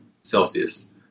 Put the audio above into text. Celsius